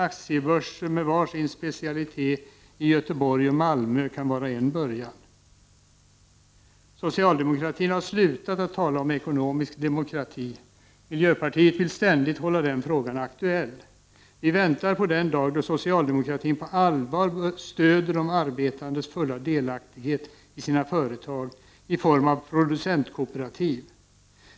Aktiebörser i Göteborg och Malmö med var sin specialitet kan vara en början. Socialdemokraterna har slutat att tala om ekonomisk demokrati. Miljöpartiet vill ständigt hålla den frågan aktuell. Vi väntar på den dag då man inom socialdemokratin på allvar stöder de arbetandes fulla delaktighet i sina företag i form av producentkooperativ.